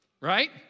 right